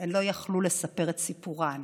הן לא יכלו לספר את סיפורן.